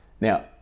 Now